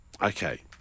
Okay